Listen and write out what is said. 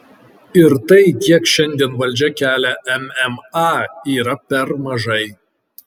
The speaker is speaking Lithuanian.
ir tai kiek šiandien valdžia kelia mma yra per mažai